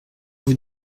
vous